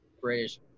British